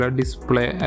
display